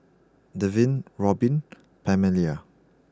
Devin Robin and Pamelia